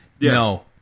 No